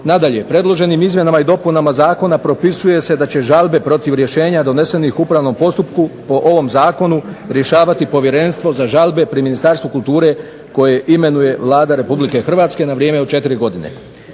Nadalje, predloženim izmjenama i dopunama zakona propisuje se da će žalbe protiv rješenja donesenih u upravnom postupku po ovom zakonu rješavati Povjerenstvo za žalbe pri Ministarstvu kulture koje imenuje Vlada Republike Hrvatske na vrijeme od 4 godine.